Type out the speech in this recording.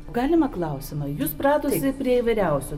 galima klausimą jūs pratusi prie vyriausių